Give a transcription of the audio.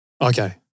Okay